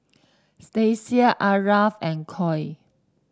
Stasia Aarav and Cole